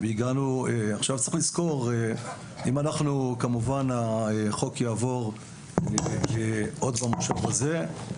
צריך לזכור שאם כמובן החוק יעבור עוד במושב הזה,